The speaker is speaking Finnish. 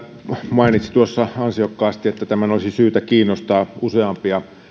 mainitsi tuossa ansiokkaasti että tämän olisi syytä kiinnostaa useampia